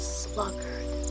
sluggard